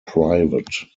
private